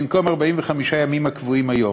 במקום 45 הימים הקבועים היום.